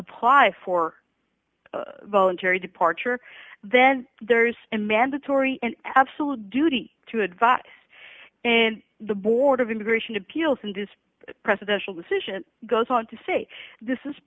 apply for voluntary departure then there's a mandatory and absolute duty to advise and the board of immigration appeals in this presidential decision goes on to say this is